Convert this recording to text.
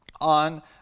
on